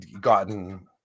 gotten